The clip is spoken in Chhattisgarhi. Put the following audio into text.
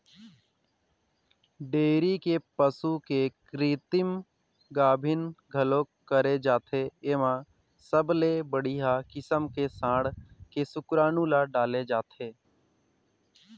डेयरी के पसू के कृतिम गाभिन घलोक करे जाथे, एमा सबले बड़िहा किसम के सांड के सुकरानू ल डाले जाथे